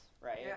right